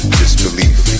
disbelief